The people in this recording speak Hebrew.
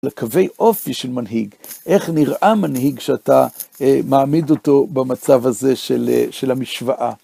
לקווי אופי של מנהיג, איך נראה מנהיג כשאתה מעמיד אותו במצב הזה של המשוואה?